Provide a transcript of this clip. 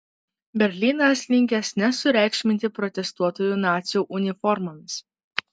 berlynas linkęs nesureikšminti protestuotojų nacių uniformomis